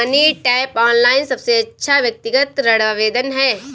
money tap, online सबसे अच्छा व्यक्तिगत ऋण आवेदन है